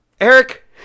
Eric